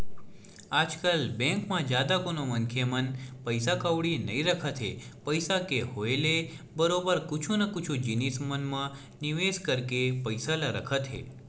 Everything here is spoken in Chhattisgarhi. आजकल बेंक म जादा कोनो मनखे मन पइसा कउड़ी नइ रखत हे पइसा के होय ले बरोबर कुछु न कुछु जिनिस मन म निवेस करके पइसा ल रखत हे